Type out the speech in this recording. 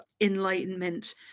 enlightenment